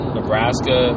Nebraska